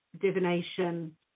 divination